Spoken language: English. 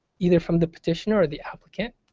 either from the petitioner or the applicant.